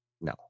No